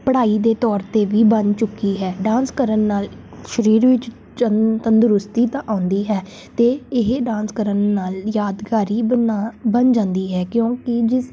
ਪੜ੍ਹਾਈ ਦੇ ਤੌਰ 'ਤੇ ਵੀ ਬਣ ਚੁੱਕੀ ਹੈ ਡਾਂਸ ਕਰਨ ਨਾਲ ਸਰੀਰ ਵਿੱਚ ਚੰਨ ਤੰਦਰੁਸਤੀ ਤਾਂ ਆਉਂਦੀ ਹੈ ਅਤੇ ਇਹ ਡਾਂਸ ਕਰਨ ਨਾਲ ਯਾਦਗਾਰੀ ਬਣਾ ਬਣ ਜਾਂਦੀ ਹੈ ਕਿਉਂਕਿ ਜਿਸ